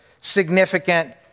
significant